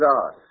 God